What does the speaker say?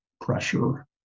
pressure